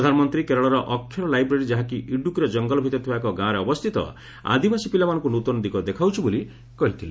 ପ୍ରଧାନମନ୍ତ୍ରୀ କେରଳର ଅକ୍ଷର ଲାଇବ୍ରେରୀ ଯାହାକି ଇଡୁକିର ଜଙ୍ଗଲ ଭିତରେ ଥିବା ଏକ ଗାଁରେ ଅବସ୍ଥିତ ଆଦିବାସୀ ପିଲାମାନଙ୍କୁ ନୂତନ ଦିଗ ଦେଖାଉଛି ବୋଲି କହିଥିଲେ